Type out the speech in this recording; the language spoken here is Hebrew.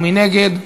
מי נגד?